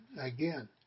again